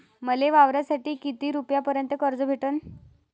मले वावरासाठी किती रुपयापर्यंत कर्ज भेटन?